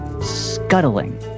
scuttling